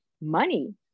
money